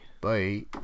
bye